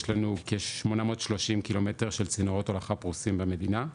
יש לנו כ- 830 ק"מ של צינורות הולכה פרוסים במדינה,